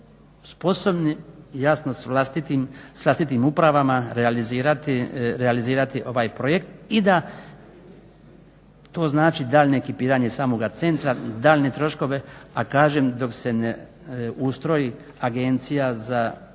sposobni jasno s vlastitim upravama realizirati ovaj projekt i da to znači daljnje ekipiranje samoga centra, daljnje troškove, a kažem dok se ne ustroji agencija za